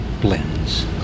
blends